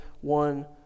one